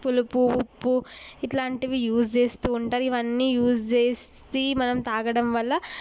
పులుపు ఉప్పు ఇట్లాంటివి యూస్ చేస్తూ ఉంటారు ఇవన్నీ యూస్ చేసి మనం తాగడం వల్ల